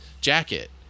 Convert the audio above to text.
jacket